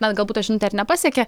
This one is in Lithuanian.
na galbūt ta žinutė ir nepasiekė